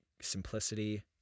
simplicity